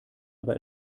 aber